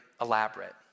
elaborate